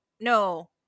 no